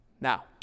Now